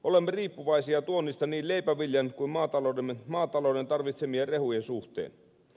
olemme riippuvaisia tuonnista niin leipäviljan kuin maatalouden tarvitsemien rehujen suhteen